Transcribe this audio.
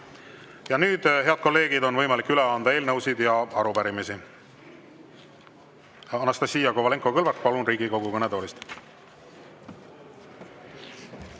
nüüd, head kolleegid, on võimalik üle anda eelnõusid ja arupärimisi. Anastassia Kovalenko-Kõlvart, palun Riigikogu kõnetoolist!